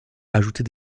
ajoutait